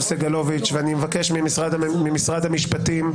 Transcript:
סגלוביץ' ואני מבקש ממשרד המשפטים,